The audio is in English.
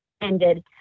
ended